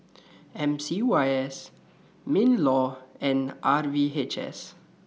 M C Y S MINLAW and R V H S